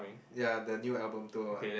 ya the new album tour [what]